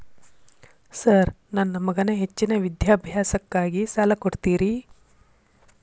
Sir ನನ್ನ ಮಗನ ಹೆಚ್ಚಿನ ವಿದ್ಯಾಭ್ಯಾಸಕ್ಕಾಗಿ ಸಾಲ ಕೊಡ್ತಿರಿ?